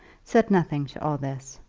said nothing to all this.